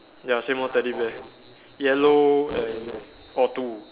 ya same lor teddy bear yellow and orh two